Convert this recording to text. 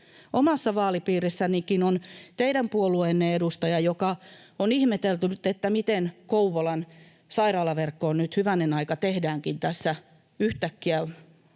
Omassa vaalipiirissänikin on teidän puolueenne edustaja, joka on ihmetellyt, miten Kouvolan sairaalaverkkoon nyt, hyvänen aika, tehdäänkin tässä yhtäkkiä